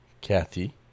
Kathy